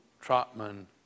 Trotman